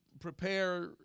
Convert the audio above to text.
prepare